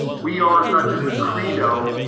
we are is not just a credo,